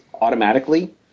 automatically